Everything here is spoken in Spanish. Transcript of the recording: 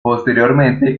posteriormente